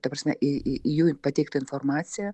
ta prasme į į į jų pateiktą informaciją